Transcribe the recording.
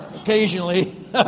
occasionally